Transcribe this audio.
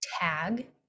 tag